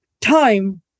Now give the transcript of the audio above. time